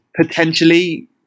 potentially